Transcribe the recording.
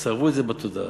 צרבו את זה בתודעה: